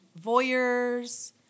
voyeurs